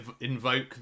invoke